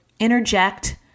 interject